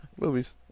Movies